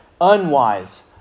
unwise